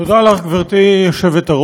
תודה לך, גברתי היושבת-ראש.